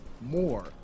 more